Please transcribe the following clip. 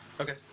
Okay